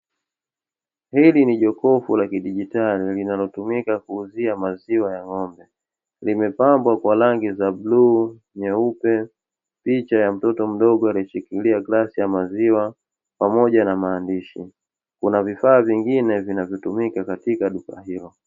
Hili ni jokofu la kidigitali, linalotumika kuuzia maziwa ya ng'ombe. Limepambwa kwa rangi za bluu, nyeupe, picha ya mtoto mdogo akiwa ameshikilia glasi ya maziwa pamoja na maandishi, kuna vifaa vingine vinavyotumika katika duka hilo.